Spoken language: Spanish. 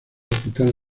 hospital